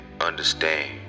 understand